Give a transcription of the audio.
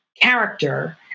character